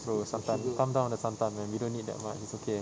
bro santan calm down on the santan man we don't need that much it's okay